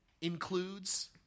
includes